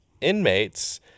inmates